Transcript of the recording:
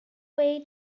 way